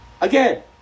Again